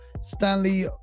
Stanley